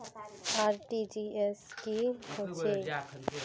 RTGS की होचए?